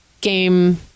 game